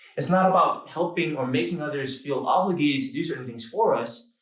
it's not about helping or making others feel obligated to do certain things for us.